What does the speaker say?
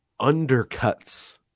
undercuts